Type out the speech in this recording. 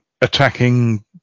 attacking